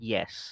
Yes